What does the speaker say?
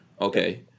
Okay